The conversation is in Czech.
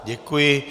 Děkuji.